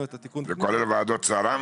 את התיקון --- זה כולל ועדות צר"מ,